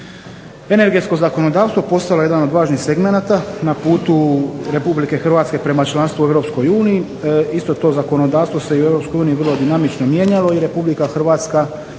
Energetsko zakonodavstvo postalo je jedan od važnih segmenata na putu Republike Hrvatske prema članstvu u Europskoj uniji. Isto to zakonodavstvo se i u Europskoj uniji vrlo dinamično mijenjalo i Republika Hrvatska